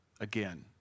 again